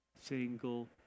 single